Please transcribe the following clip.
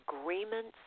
agreements